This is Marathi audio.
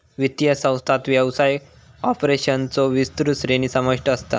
वित्तीय संस्थांत व्यवसाय ऑपरेशन्सचो विस्तृत श्रेणी समाविष्ट असता